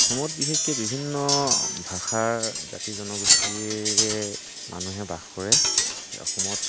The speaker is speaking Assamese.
অসমত বিশেষকৈ বিভিন্ন ভাষাৰ জাতি জনগোষ্ঠীয়ে মানুহে বাস কৰে অসমত